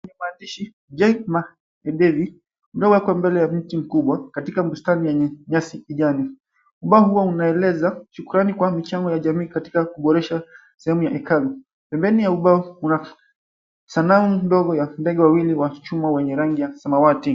Maandishi Jaymac pembeni uliokwekwa kwa mti mkubwa katika mstari yenye nyasi kijani. Ubao huo unaeleza shukrani kwa michango ya jamii katika kuboresha sehemu ya hekalu. Pembeni ya ubavu sanamu ndogo ya ndege wawili wa chuma wenye rangi ya samawati.